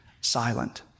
silent